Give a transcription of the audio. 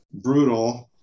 brutal